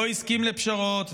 לא הסכים לפשרות,